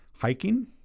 Hiking